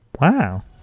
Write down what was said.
wow